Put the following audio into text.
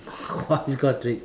!wah! you got three